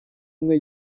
umwe